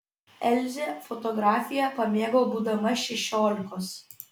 elzė fotografiją pamėgo būdama šešiolikos